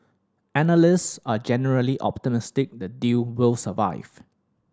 analyst are generally optimistic the deal will survive